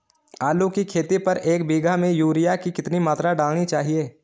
आलू की खेती पर एक बीघा में यूरिया की कितनी मात्रा डालनी चाहिए?